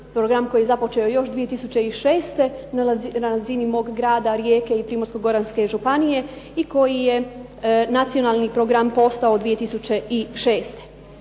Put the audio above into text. program koji je započeo još 2006. na razini mog grada Rijeke i Primorsko-goranske županije i koji je nacionalni program postao 2006.